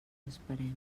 esperem